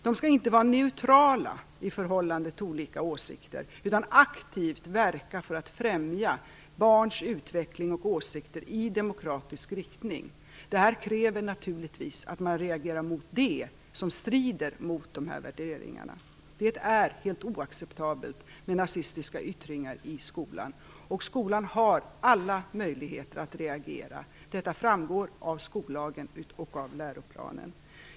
Den skall inte vara neutral i förhållande till olika åsikter utan aktivt verka för att främja barns utveckling och åsikter i demokratisk riktning. Detta kräver naturligtvis att man reagerar mot det som strider mot dessa värderingar. Det är helt oacceptabelt med nazistiska yttringar i skolan. Skolan har alla möjligheter att reagera. Detta framgår av skollagen och av läroplanen.